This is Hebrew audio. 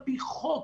על-פי חוק,